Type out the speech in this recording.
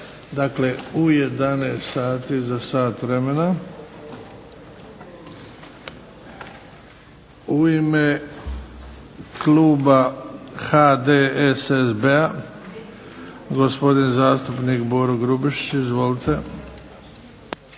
Dakle u 11,00 sati za sat vremena. U ime kluba HDSSB-a gospodin zastupnik Boro Grubišić. Izvolite.